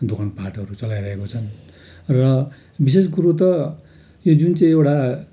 दोकानपाटहरू चलाइरहेका छन् र विशेष कुरो त यो जुन चाहिँ एउटा